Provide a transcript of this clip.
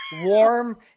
warm